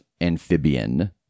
amphibian